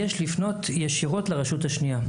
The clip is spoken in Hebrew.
יש לפנות ישירות לרשות השנייה,